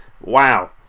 Wow